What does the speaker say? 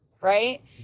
right